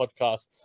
podcast